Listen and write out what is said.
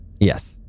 Yes